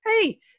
Hey